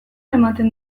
ematen